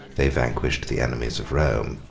they vanquished the enemies of rome.